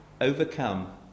overcome